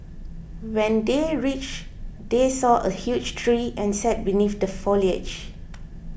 when they reached they saw a huge tree and sat beneath the foliage